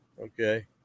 Okay